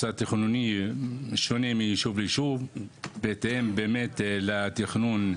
התכנוני שונה מישוב לישוב בהתאם לתכנון.